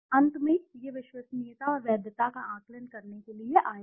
अंत में यह विश्वसनीयता और वैधता का आकलन करने के लिए आया है